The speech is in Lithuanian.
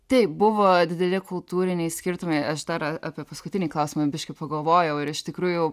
taip buvo dideli kultūriniai skirtumai aš dar apie paskutinį klausimą biškį pagalvojau ir iš tikrųjų